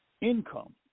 income